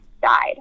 died